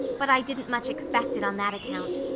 but i didn't much expect it on that account.